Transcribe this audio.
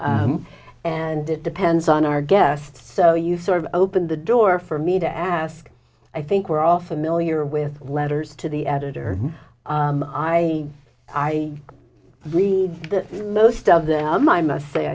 and it depends on our guests so you sort of open the door for me to ask i think we're all familiar with letters to the editor i i read most of them i must say